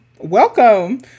welcome